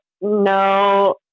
no